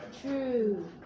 True